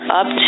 up